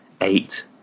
eight